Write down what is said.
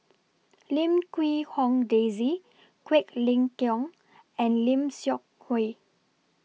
Lim Quee Hong Daisy Quek Ling Kiong and Lim Seok Hui